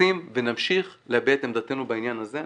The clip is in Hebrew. מנסים ונמשיך להביע את עמדתנו בעניין הזה.